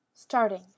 starting